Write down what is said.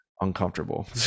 uncomfortable